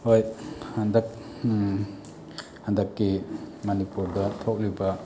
ꯍꯣꯏ ꯍꯟꯗꯛ ꯍꯟꯗꯛꯀꯤ ꯃꯅꯤꯄꯨꯔꯗ ꯊꯣꯛꯂꯤꯕ